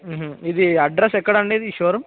ఇది అడ్రస్ ఎక్కడ అండి ఇది ఈ షోరూమ్